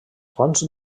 fonts